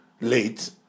late